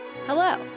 Hello